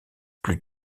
plus